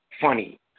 funny